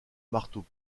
marteaux